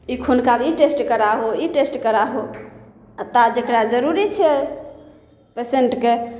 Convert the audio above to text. ई खूनके आब ई टेस्ट कराहो ई टेस्ट कराहो आ ता जेकरा जरूरी छै पेसेंटके